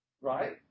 Right